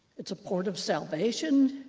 it's a port of salvation,